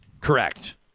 Correct